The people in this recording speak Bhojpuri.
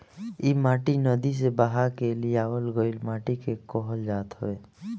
इ माटी नदी से बहा के लियावल गइल माटी के कहल जात हवे